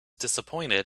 disappointed